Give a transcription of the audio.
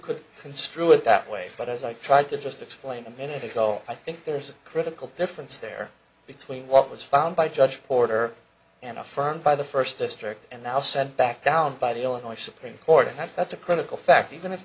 could construe it that way but as i tried to just explain a minute ago i think there's a critical difference there between what was found by judge porter and affirmed by the first district and now sent back down by the illinois supreme court and that's a critical fact even if